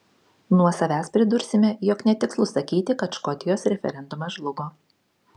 nuo savęs pridursime jog netikslu sakyti kad škotijos referendumas žlugo